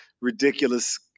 ridiculous